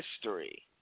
history